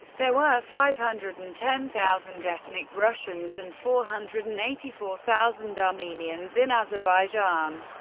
there were five hundred and ten thousand ethnic russians and four hundred and eighty four thousand armenians in azerbaijan.